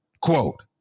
Quote